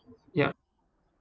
yup